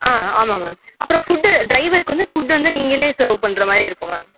ஆ ஆமாம் மேம் அப்புறோ ஃபுட்டு டிரைவர்க்கு வந்து ஃபுட் நீங்களே சர்வ் பண்ணுற மாதிரி இருக்கும் மேம்